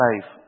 life